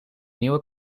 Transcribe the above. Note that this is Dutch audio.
nieuwe